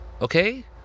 Okay